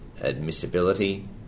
admissibility